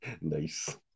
Nice